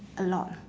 a lot